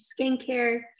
skincare